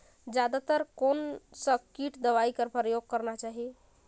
जादा तर कोन स किट दवाई कर प्रयोग करना चाही?